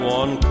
one